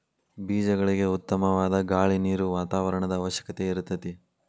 ಬೇಜಗಳಿಗೆ ಉತ್ತಮವಾದ ಗಾಳಿ ನೇರು ವಾತಾವರಣದ ಅವಶ್ಯಕತೆ ಇರತತಿ